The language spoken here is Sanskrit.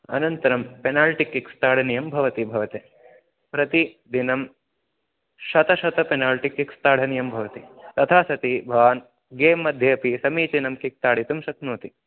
अनन्तरं पेनाल्टि किक्स् ताडनीयं भवति भवते प्रतिदिनं शतं शतं पेनाल्टि किक्स् ताडनीयं भवति तथा सति भवान् गेम् मध्ये अपि समीचीनं किक् ताडितुं शक्नोति